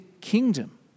kingdom